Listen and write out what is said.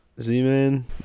Z-Man